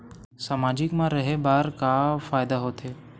सामाजिक मा रहे बार का फ़ायदा होथे?